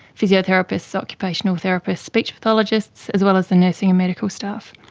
physiotherapists, occupational therapists, speech pathologists, as well as the nursing and medical staff.